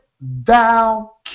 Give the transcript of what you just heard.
thou